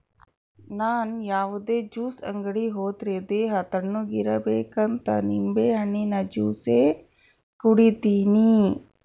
ನನ್ ಯಾವುದೇ ಜ್ಯೂಸ್ ಅಂಗಡಿ ಹೋದ್ರೆ ದೇಹ ತಣ್ಣುಗಿರಬೇಕಂತ ನಿಂಬೆಹಣ್ಣಿನ ಜ್ಯೂಸೆ ಕುಡೀತೀನಿ